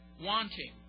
wanting